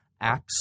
Acts